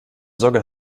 sorge